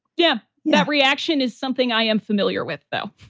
yeah, that reaction is something i am familiar with, though.